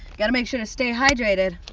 gotta make sure to stay hydrated,